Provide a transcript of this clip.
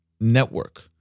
network